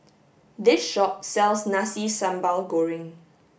this shop sells Nasi Sambal Goreng